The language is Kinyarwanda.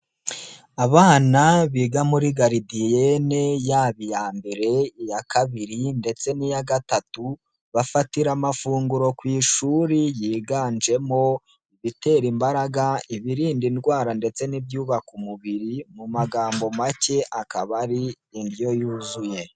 Abana biga muri garidiyene yaba iya mbere, iya kabiri ndetse n'iya gatatu, bafatira amafunguro ku ishuri yiganjemo ibitera imbaraga, ibirinda indwara ndetse n'ibyubaka umubiri, mu magambo make akaba ari indyo yuzuye.